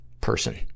person